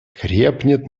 крепнет